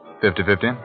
Fifty-fifty